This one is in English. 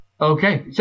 Okay